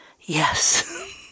yes